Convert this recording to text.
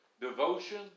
devotion